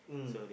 mm